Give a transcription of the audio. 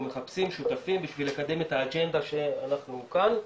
אנחנו מחפשים שותפים בשביל לקדם את האג'נדה שאנחנו כאן,